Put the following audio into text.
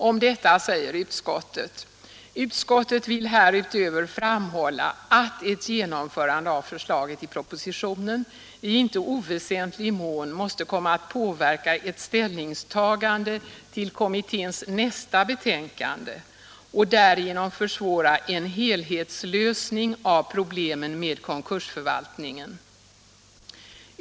Om detta säger utskottet: ”Utskottet vill härutöver framhålla att ett genomförande av förslaget i propositionen i inte oväsentlig mån måste komma att påverka ett ställningstagande till kommitténs nästa betänkande och därigenom försvåra en helhetslösning av problemen med konkursförvaltningen.